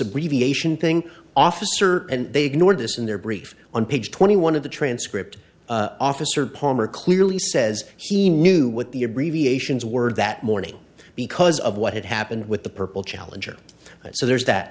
abbreviation thing officer and they ignored this in their brief on page twenty one of the transcript officer palmer clearly says he knew what the abbreviations word that morning because of what had happened with the purple challenger so there's that